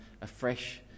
afresh